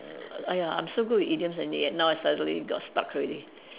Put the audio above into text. mm !aiya! I'm so good with idioms and then suddenly I got stuck already